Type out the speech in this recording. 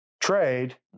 trade